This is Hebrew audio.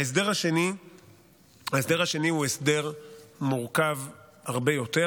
ההסדר השני הוא הסדר מורכב הרבה יותר,